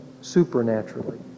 supernaturally